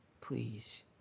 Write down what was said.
please